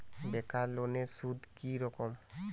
বেকার লোনের সুদ কি রকম?